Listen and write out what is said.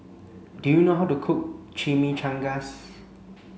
do you know how to cook Chimichangas